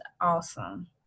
awesome